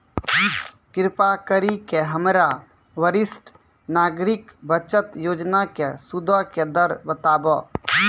कृपा करि के हमरा वरिष्ठ नागरिक बचत योजना के सूदो के दर बताबो